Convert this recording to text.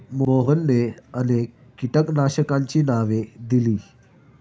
मोहनने अनेक कीटकनाशकांची नावे दिली